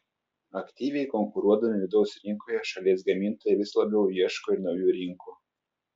aktyviai konkuruodami vidaus rinkoje šalies gamintojai vis labiau ieško ir naujų rinkų